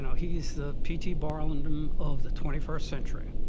and he's the p t. barnum of the twenty first century.